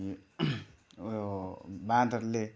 यो बाँदरले